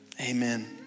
Amen